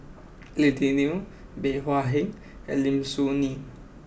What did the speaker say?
Lily Neo Bey Hua Heng and Lim Soo Ngee